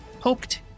poked